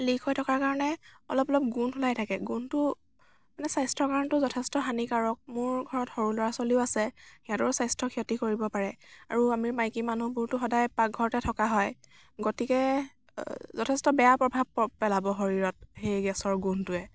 leaked হৈ থকাৰ কাৰণে অলপ অলপ গোন্ধ ওলাই থাকে গোন্ধটো মানে স্বাস্থ্যৰ কাৰণেতো যথেষ্ট হানিকাৰক মোৰ ঘৰত সৰু ল'ৰা ছোৱালীও আছে সেঁতৰো স্বাস্থ্য ক্ষতি কৰিব পাৰে আৰু আমি মাইকী মানুহবোৰতো সদায় পাকঘৰতে থকা হয় গতিকে যথেষ্ট বেয়া প্ৰভাৱ পেলাব শৰীৰত সেই গেছৰ গোন্ধটোৱে